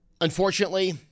unfortunately